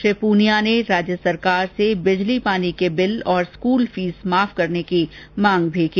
श्री प्रनिया ने राज्य सरकार से बिजली पानी के बिल और स्कूल फीस माफ करने की मांग भी की